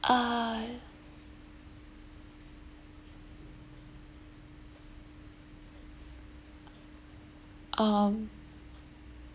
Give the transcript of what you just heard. ah um